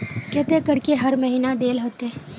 केते करके हर महीना देल होते?